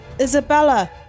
Isabella